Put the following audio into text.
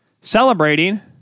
celebrating